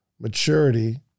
maturity